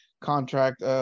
contract